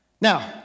Now